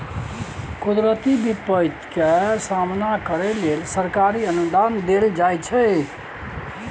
कुदरती बिपैत के सामना करइ लेल सरकारी अनुदान देल जाइ छइ